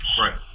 Right